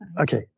Okay